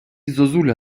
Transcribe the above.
зозуля